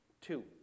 Two